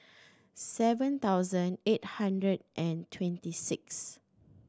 seven thousand eight hundred and twenty sixth